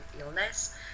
illness